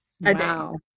Wow